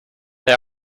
they